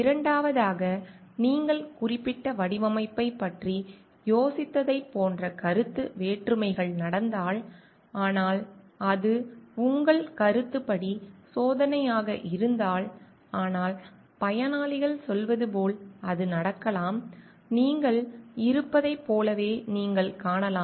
இரண்டாவதாக நீங்கள் குறிப்பிட்ட வடிவமைப்பைப் பற்றி யோசித்ததைப் போன்ற கருத்து வேற்றுமைகள் நடந்தால் ஆனால் அது உங்கள் கருத்துப்படி சோதனையாக இருந்தால் ஆனால் பயனாளிகள் சொல்வது போல் அது நடக்கலாம் நீங்கள் இருப்பதைப் போலவே நீங்கள் காணலாம்